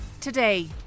Today